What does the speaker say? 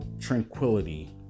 tranquility